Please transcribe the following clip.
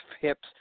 hips